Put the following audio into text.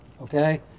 okay